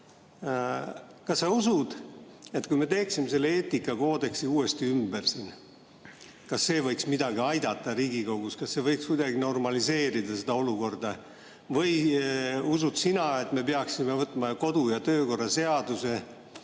Kas sa usud, et kui me teeksime selle eetikakoodeksi siin uuesti ümber, siis see võiks midagi aidata Riigikogus? Kas see võiks kuidagi normaliseerida seda olukorda või usud sina, et me peaksime võtma kodu- ja töökorra seaduse